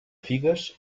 figues